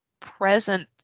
present